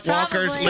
Walkers